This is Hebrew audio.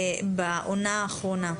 בעונה האחרונה.